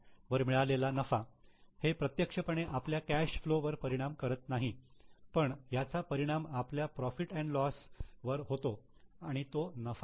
वर मिळालेला नफा हे प्रत्यक्षपणे आपल्या कॅश फ्लो वर परिणाम करत नाही पण याचा परिणाम आपल्या profit and loss profit loss वर होतो आणि तो नफा आहे